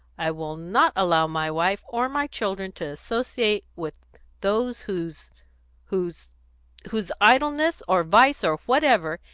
i will not allow my wife or my children to associate with those whose whose whose idleness, or vice, or whatever,